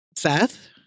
Seth